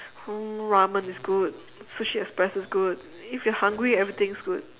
oh ramen is good sushi express is good if you're hungry everything is good